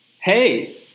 Hey